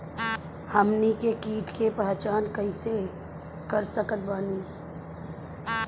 हमनी के कीट के पहचान कइसे कर सकत बानी?